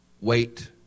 wait